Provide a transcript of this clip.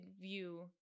view